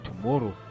tomorrow